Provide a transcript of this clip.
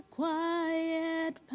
quiet